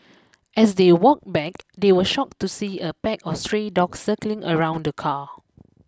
as they walked back they were shocked to see a pack of stray dogs circling around the car